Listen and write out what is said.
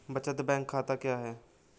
बचत बैंक खाता क्या है?